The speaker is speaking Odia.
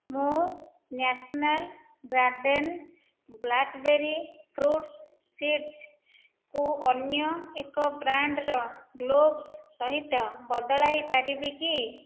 ମୁଁ ନ୍ୟାସ୍ନାଲ୍ ଗାର୍ଡେନ୍ ବ୍ଲାକ୍ବେରୀ ଫ୍ରୁଟ୍ ସିଡ଼୍ସ୍କୁ ଅନ୍ୟ ଏକ ବ୍ରାଣ୍ଡ୍ର କ୍ଲୋଭ୍ସ୍ ସହିତ ବଦଳାଇ ପାରିବି କି